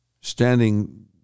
standing